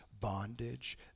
bondage